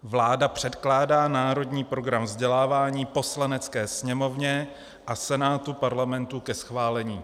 Vláda předkládá Národní program vzdělávání Poslanecké sněmovně a Senátu Parlamentu ke schválení.